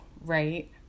right